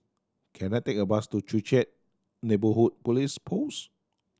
can I take a bus to Joo Chiat Neighbourhood Police Post